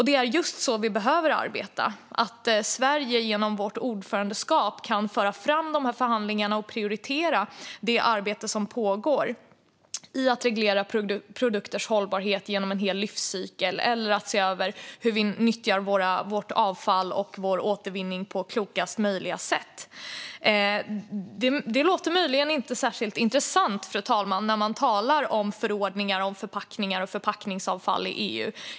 Det är just så vi behöver arbeta, det vill säga att Sverige genom vårt ordförandeskap kan föra fram förhandlingarna och prioritera det arbete som pågår i att reglera produkters hållbarhet genom en hel livscykel eller se över hur vi nyttjar vårt avfall och vår återvinning på klokast möjliga sätt. Detta låter möjligen inte särskilt intressant, fru talman, när man talar om förordningar, förpackningar och förpackningsavfall i EU.